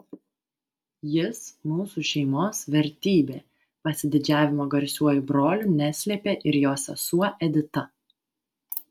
jis mūsų šeimos vertybė pasididžiavimo garsiuoju broliu neslėpė ir jo sesuo edita